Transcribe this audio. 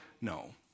no